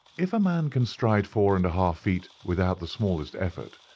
if a man can stride four and a-half feet without the smallest effort,